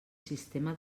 sistema